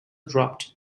dropped